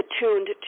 attuned